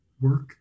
work